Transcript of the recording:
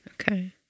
Okay